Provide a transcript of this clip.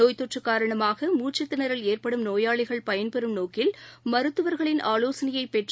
நோய்த்தொற்றுகாரணமாக மூச்கத்திணறல் ஏற்படும் நோயாளிகள் பயன் பெறும் நோக்கில் மருத்துவர்களின் ஆவோசனையபெற்று